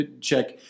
check